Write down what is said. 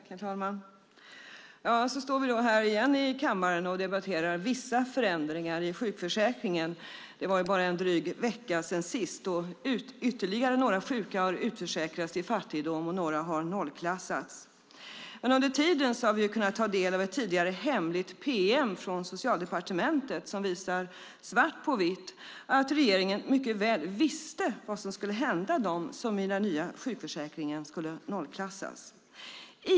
Herr talman! Så står vi då här igen i kammaren och debatterar vissa förändringar i sjukförsäkringen. Det var bara en dryg vecka sedan sist, och ytterligare några sjuka har utförsäkrats till fattigdom, och några har nollklassats. Under tiden har vi kunnat ta del av ett tidigare hemligt pm från Socialdepartementet som visar svart på vitt att regeringen mycket väl visste vad som skulle hända dem som skulle nollklassas i den nya sjukförsäkringen.